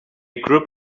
group